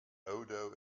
odo